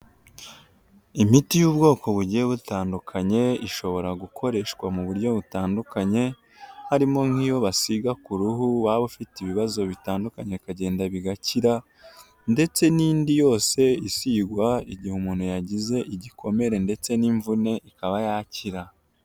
Imiti y'ubwoko bugiye butandukanye ishobora gukoreshwa mu buryo butandukanye harimo nk'iyo basiga ku ruhu waba ufite ibibazo bitandukanye bikagenda bigakira ndetse n'indi yose isigwa igihe umuntu yagize igikomere ndetse n'imvune ikaba yakira.